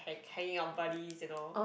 hanging out buddies you know